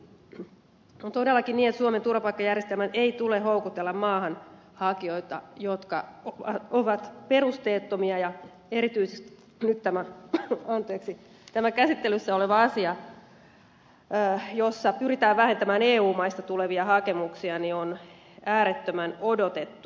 on todellakin niin että suomen turvapaikkajärjestelmän ei tule houkutella maahan hakijoita jotka ovat perusteettomia ja erityisesti nyt tämä käsittelyssä oleva asia jossa pyritään vähentämään eu maista tulevia hakemuksia on äärettömän odotettu